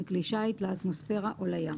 מכלי שיט לאטמוספירה או לים,